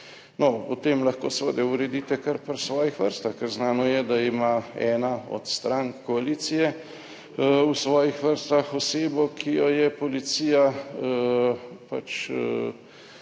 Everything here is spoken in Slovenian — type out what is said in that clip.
potem lahko seveda uredite kar pri svojih vrstah, ker znano je, da ima ena od strank koalicije v svojih vrstah osebo, ki jo je policija pač